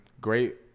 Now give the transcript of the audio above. great